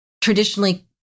traditionally